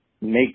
make